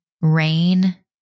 Rain